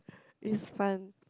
is fun